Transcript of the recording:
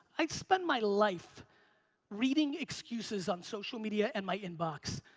i've spent my life reading excuses on social media and my inbox.